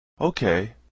Okay